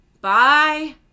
bye